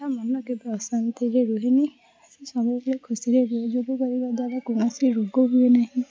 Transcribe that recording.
ତା ମନ କେବେ ଅଶାନ୍ତିରେ ରୁହେନି ସେ ସବୁବେଳେ ଖୁସିରେ ରୁହେ ଯୋଗ କରିବା ଦ୍ୱାରା କୌଣସି ରୋଗ ହୁଏ ନାହିଁ